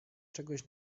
czegoś